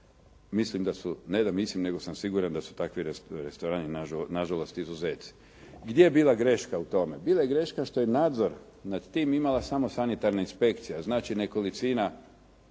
Mislim da su, ne da mislim, nego sam siguran da su takvi restorani na žalost izuzeci. Gdje je bila greška u tome? Bila je greška što je nadzor nad tim imala samo sanitarna inspekcija. Znači, nekolicina